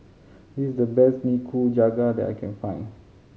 this is the best Nikujaga that I can find